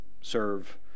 serve